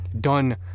done